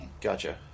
gotcha